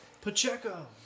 Pacheco